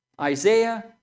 Isaiah